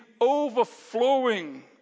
overflowing